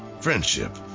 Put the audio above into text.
friendship